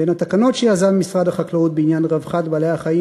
בין התקנות שיזם משרד החקלאות בעניין רווחת בעלי-החיים